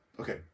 Okay